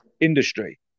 industry